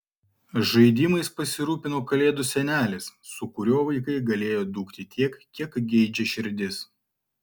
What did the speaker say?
žaidimais pasirūpino kalėdų senelis su kuriuo vaikai galėjo dūkti tiek kiek geidžia širdis